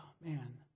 man